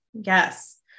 Yes